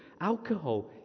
Alcohol